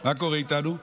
מה קורה איתנו?